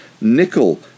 nickel